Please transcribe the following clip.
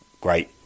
great